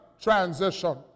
transition